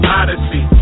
odyssey